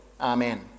Amen